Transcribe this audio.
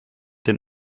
den